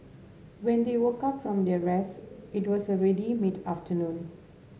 when they woke up from their rest it was already mid afternoon